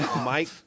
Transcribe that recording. Mike